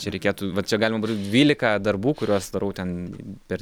čia reikėtų va čia galim dvylika darbų kuriuos darau ten per